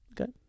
Okay